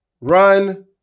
run